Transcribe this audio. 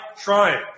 trying